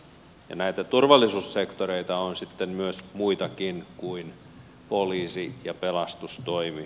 näitä turvallisuussektoreita on sitten muitakin kuin poliisi ja pelastustoimi